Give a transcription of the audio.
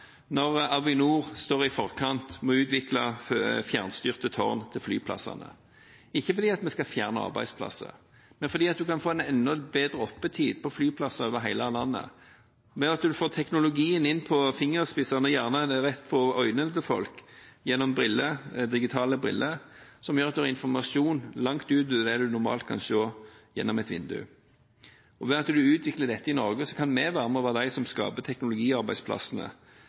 når Avinor står i forkant med å utvikle fjernstyrte tårn til flyplassene – ikke fordi vi skal fjerne arbeidsplasser, men fordi vi kan få en enda bedre åpningstid på flyplasser over hele landet ved at man får teknologien inn på fingerspissen, eller gjerne rett på øynene til folk gjennom digitale briller, som gjør at man har informasjon langt utover det man normalt kan se gjennom et vindu. Ved at man utvikler dette i Norge, kan vi være med og være dem som skaper